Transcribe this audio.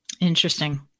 Interesting